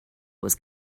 was